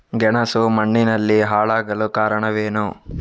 ಗೆಣಸು ಮಣ್ಣಿನಲ್ಲಿ ಹಾಳಾಗಲು ಕಾರಣವೇನು?